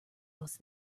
else